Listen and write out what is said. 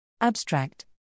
Abstract